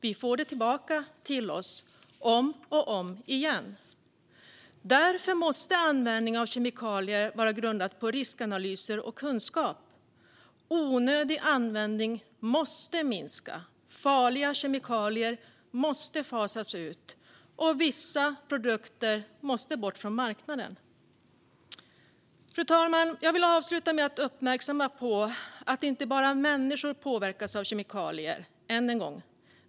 Vi får tillbaka det till oss om och om igen. Därför måste användningen av kemikalier vara grundad på riskanalyser och kunskap. Onödig användning måste minska. Farliga kemikalier måste fasas ut. Vissa produkter måste bort från marknaden. Fru talman! Jag vill avsluta med att fästa uppmärksamheten på att det inte bara är människor som påverkas av kemikalier.